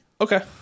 Okay